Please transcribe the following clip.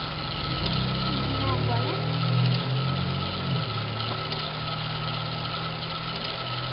হুম হুম হ্যাঁ বলেন